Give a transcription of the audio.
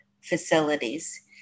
facilities